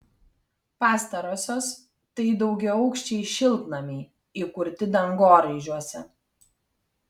pastarosios tai daugiaaukščiai šiltnamiai įkurti dangoraižiuose